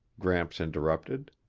gramps interrupted.